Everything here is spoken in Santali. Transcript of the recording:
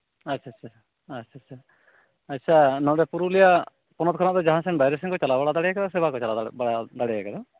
ᱟᱪᱪᱷᱟ ᱪᱷᱟ ᱪᱷᱟ ᱟᱪᱪᱷᱟ ᱪᱷᱟ ᱪᱷᱟ ᱟᱪᱪᱷᱟ ᱱᱚᱸᱰᱮ ᱯᱩᱨᱩᱞᱤᱭᱟᱹ ᱦᱚᱱᱚᱛ ᱠᱷᱚᱱᱟᱜ ᱫᱚ ᱡᱟᱦᱟᱸᱥᱮᱱ ᱵᱟᱭᱨᱮ ᱥᱮᱱ ᱠᱚ ᱪᱟᱞᱟᱣ ᱵᱟᱲᱟ ᱫᱟᱲᱮᱠᱟᱣᱫᱟ ᱥᱮ ᱵᱟᱠᱚ ᱪᱟᱞᱟᱣ ᱵᱟᱲᱟ ᱫᱟᱲᱮ ᱠᱟᱣᱫᱟ